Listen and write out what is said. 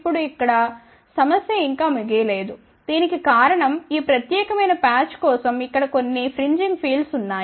ఇప్పుడు ఇక్కడ సమస్య ఇంకా ముగియ లేదు దీనికి కారణం ఈ ప్రత్యేకమైన ప్యాచ్ కోసం ఇక్కడ కొన్ని ఫ్రింజింగ్ ఫీల్డ్స్ ఉంటాయి